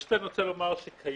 ראשית, אני רוצה לומר שכיום,